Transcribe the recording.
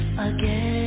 Again